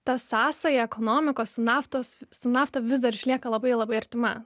ta sąsaja ekonomikos su naftos su nafta vis dar išlieka labai labai artima